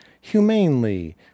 humanely